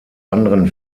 anderen